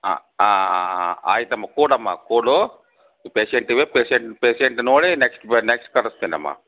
ಹಾಂ ಹಾಂ ಹಾಂ ಹಾಂ ಆಯಿತಮ್ಮ ಕೂರಮ್ಮ ಕೂರು ಪೇಶೆಂಟ್ ಇವೆ ಪೇಶೆಂಟ್ ಪೇಶೆಂಟ್ ನೋಡಿ ನೆಕ್ಸ್ಟ್ ಬ ನೆಕ್ಸ್ಟ್ ಕರಿಸ್ತೇನಮ್ಮ